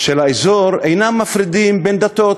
של האזור אינם מפרידים בין דתות,